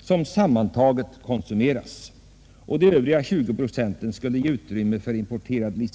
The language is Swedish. som sammantaget konsumerades; resterande 20 procent skulle importeras.